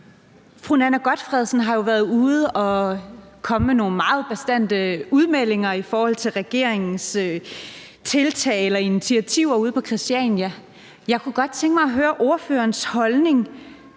Fru Nanna W. Gotfredsen har jo været ude med nogle meget bastante udmeldinger i forhold til regeringens tiltag eller initiativer ude på Christiania. Jeg kunne godt tænke mig at høre ordførerens holdning: